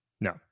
No